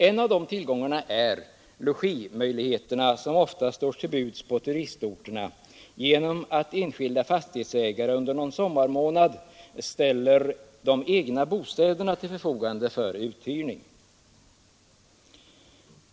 En av dessa tillgångar är de logimöjligheter som oftast står till buds på turistorterna genom att enskilda fastighetsägare under någon sommarmånad ställer sina egna bostäder till förfogande för uthyrning.